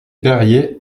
perriers